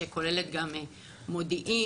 שכוללת גם מודיעין,